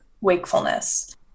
wakefulness